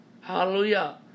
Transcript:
Hallelujah